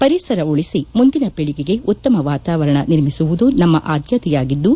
ಪರಿಸರ ಉಳಿಸಿ ಮುಂದಿನ ಪೀಳಿಗೆಗೆ ಉತ್ತಮ ವಾತವಾರಣ ನಿರ್ಮಿಸುವುದು ನಮ್ಮ ಆದ್ಯತೆಯಾಗಿದ್ದು